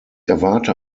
erwarte